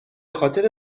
خاطر